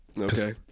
Okay